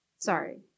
Sorry